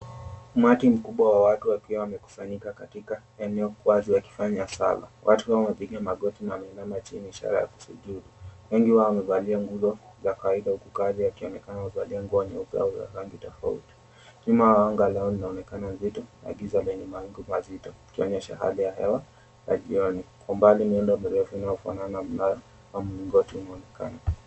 Umati mkubwa wa watu wakiwa umekusanyika katika eneo la wazi wakifanya sala. Watu hawa wamepiga magoti na wameinama chini ishara ya kusujudu. Wengi wao wamevalia nguzo za kawaida huku baadhi wakionekana wamevalia nguo nyeupe au za rangi tofauti. Nyuma yao anga lao linaonekana nzito na giza lenye mawingu mazito ikionyesha hali ya hewa ya jioni. Kwa umbali miundo mirefu inayofanana na mlingoti unaonekana.